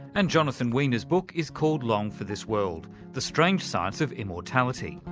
and jonathan weiner's book is called long for this world the strange science of immortality.